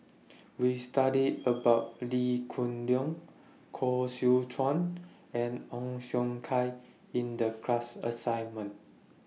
We studied about Lee Hoon Leong Koh Seow Chuan and Ong Siong Kai in The class assignment